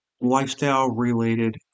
lifestyle-related